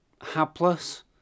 hapless